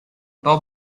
top